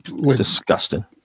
Disgusting